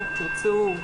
אם תרצו,